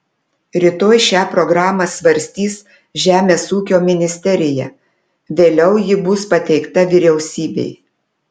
rytoj šią programą svarstys žemės ūkio ministerija vėliau ji bus pateikta vyriausybei